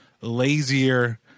lazier